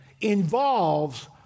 involves